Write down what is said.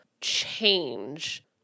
change